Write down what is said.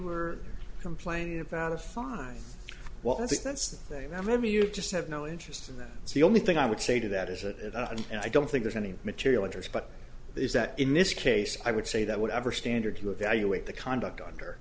were complaining about a fine while i think that's the thing that really you just have no interest in that it's the only thing i would say to that is it and i don't think there's any material interest but is that in this case i would say that whatever standard you evaluate the conduct under